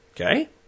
Okay